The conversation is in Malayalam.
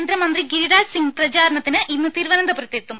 കേന്ദ്രമന്ത്രി ഗിരിരാജ് സിംഗ് പ്രചാരണത്തിന് ഇന്ന് തിരുവനന്തപുരത്തെത്തും